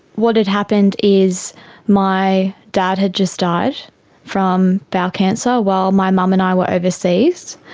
what had happened is my dad had just died from bowel cancer while my mum and i were overseas,